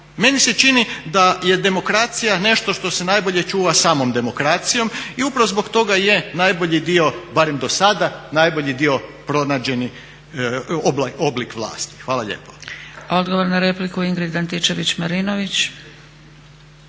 Meni se čini da je demokracija nešto što se najbolje čuva samom demokracijom i upravo zbog toga je najbolji dio, barem do sada, najbolji dio pronađeni oblik vlasti. Hvala lijepo. **Zgrebec, Dragica (SDP)** Odgovor na repliku Ingrid Antičević-Marinović.